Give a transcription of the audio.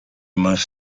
must